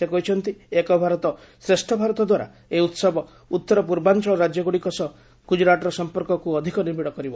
ସେ କହିଛନ୍ତି 'ଏକ ଭାରତ ଶ୍ରେଷ୍ଠ ଭାରତ'ଦ୍ୱାରା ଏହି ଉହବ ଉତ୍ତର ପୂର୍ବାଞ୍ଚଳ ରାଜ୍ୟଗୁଡ଼ିକ ସହ ଗୁଜୁରାଟର୍ର ସମ୍ପର୍କକୁ ଅଧିକ ନିବିଡ଼ କରିବ